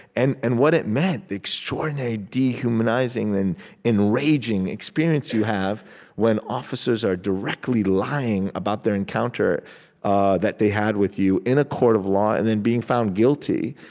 and and what it meant the extraordinary, dehumanizing and enraging experience you have when officers are directly lying about their encounter ah that they had with you in a court of law and then being found guilty